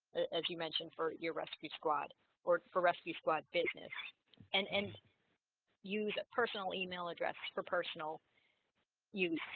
as you mentioned for your rescue squad or for rescue squad business and and use a personal email address for personal use,